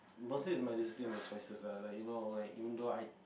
mostly is my discipline my choices lah like you know even though I